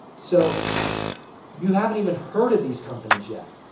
so you haven't even heard of these companies yet,